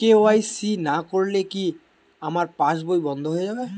KYC না করলে কি আমার পাশ বই বন্ধ হয়ে যাবে?